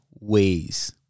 ways